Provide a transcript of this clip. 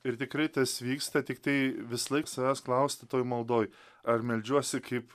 ir tikrai tas vyksta tiktai vislaik savęs klausti toj maldoj ar meldžiuosi kaip